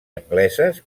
angleses